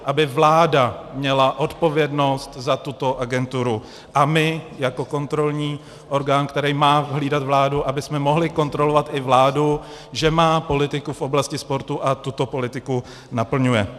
Aby vláda měla odpovědnost za tuto agenturu a my jako kontrolní orgán, který má hlídat vládu, abychom mohli kontrolovat i vládu, že má politiku v oblasti sportu a tuto politiku naplňuje.